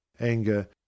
anger